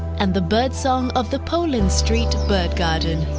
and the birdsong of the po lin street bird garden.